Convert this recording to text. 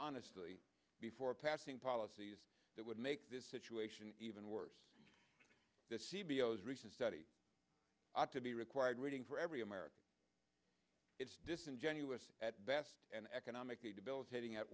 honestly before passing policies that would make this situation even worse recent study ought to be required reading for every american it's disingenuous at best and economically debilitating at